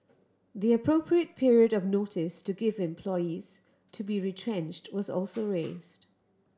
the appropriate period of notice to give employees to be retrenched was also raised